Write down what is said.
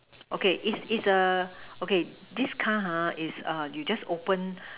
okay is is the okay this car ha is err you just open